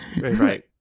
right